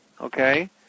Okay